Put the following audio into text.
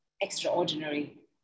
extraordinary